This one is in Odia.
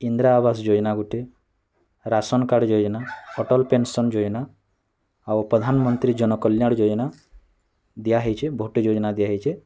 ଇନ୍ଦିରା ଆବାସ ଯୋଜନା ଗୁଟେ ରାସନ୍ କାର୍ଡ଼ ଯୋଜନା ଅଟଳ ପେନ୍ସନ୍ ଯୋଜନା ଆଉ ପ୍ରଧାନମନ୍ତ୍ରୀ ଜନ କଲ୍ୟାଣ ଯୋଜନା ଦିଆ ହୋଇଛି ଭୋଟ ଯୋଜନା ଦିଆ ହୋଇଛି